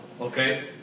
Okay